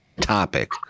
Topic